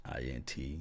int